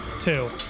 two